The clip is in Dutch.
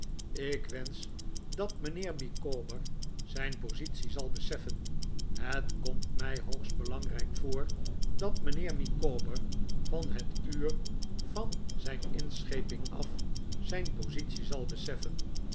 ik wensch dat mynheer micawber zijn positie zal beseffen het komt mij hoogst belangrijk voor dat mijnheer micawber van het uur van zijn inscheping af zijn positie zal beseffen